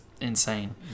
insane